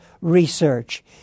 Research